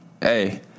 Hey